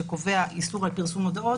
שקובע איסור על פרסום מודעות.